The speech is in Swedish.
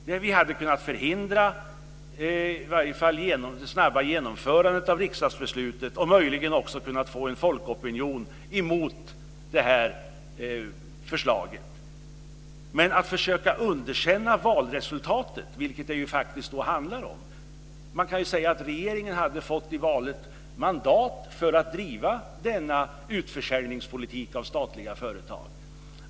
Det hade kunnat förhindra i varje fall det snabba genomförandet av riksdagsbeslutet. Man skulle också möjligen ha kunnat få en folkopinion mot detta förslag. Men i stället försökte man på detta sätt att underkänna valresultatet, vilket det faktiskt handlade om. Regeringen hade i valet fått mandat för att driva denna utförsäljningspolitik av statliga företag.